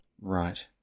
right